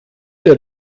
der